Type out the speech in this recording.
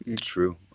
True